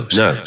no